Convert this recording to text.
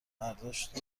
برداشت